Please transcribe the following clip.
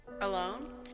Alone